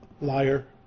Liar